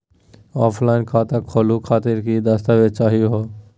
Offline खाता खोलहु खातिर की की दस्तावेज चाहीयो हो?